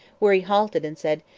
where he halted and said,